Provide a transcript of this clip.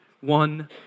one